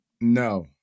No